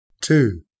Two